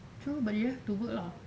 true but you have to work lah